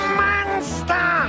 monster